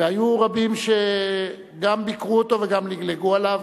והיו רבים שגם ביקרו אותו וגם לגלגלו עליו.